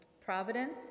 providence